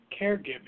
caregiving